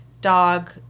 dog